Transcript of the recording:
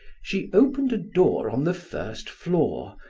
she opened a door on the first floor,